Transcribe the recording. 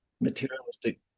materialistic